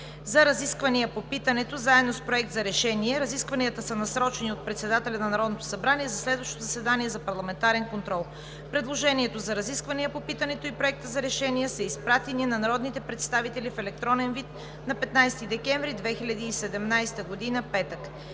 за разисквания по питането заедно с Проект за решение. Разискванията са насрочени от председателя на Народното събрание за следващото заседание за парламентарен контрол. Предложението за разисквания по питането и Проектът за решение са изпратени на народните представители в електронен вид на 15 декември 2017 г., петък.